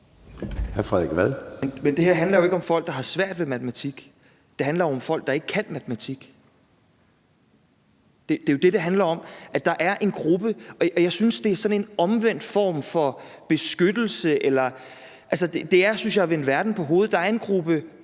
(S): Det her handler jo ikke om folk, der har svært ved matematik. Det handler om folk, der ikke kan matematik. Det er jo det, det handler om. Jeg synes, at det er sådan en omvendt form for beskyttelse. Altså, det er, synes jeg, at vende verden på hovedet. Der er en gruppe